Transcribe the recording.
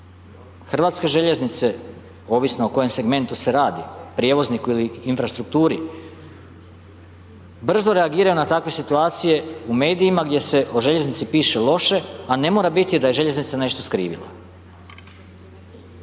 na tome da HŽ ovisno o kojem segmentu se radi, Prijevozniku ili Infrastrukturi, brzo reagira na takve situacije u medijima gdje se o željeznici piše loše, a ne mora biti da je željeznica nešto skrivila.